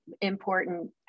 important